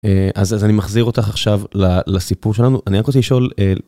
אז אז אני מחזיר אותך עכשיו לסיפור שלנו אני רק רוצה לשאול.